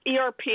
ERP